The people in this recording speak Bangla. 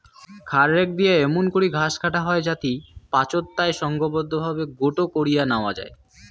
খ্যার রেক দিয়া এমুন করি ঘাস কাটা হই যাতি পাচোত তায় সংঘবদ্ধভাবে গোটো করি ন্যাওয়া যাই